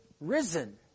risen